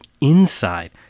inside